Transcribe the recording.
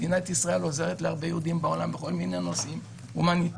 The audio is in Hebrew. מדינת ישראל עוזרת להרבה יהודים בעולם בכל מיני נושאים הומניטריים